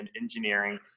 engineering